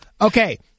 Okay